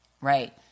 right